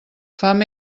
fam